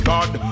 God